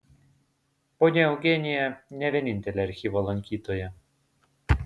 ponia eugenija ne vienintelė archyvo lankytoja